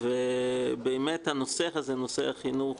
ובאמת הנושא הזה, נושא החינוך,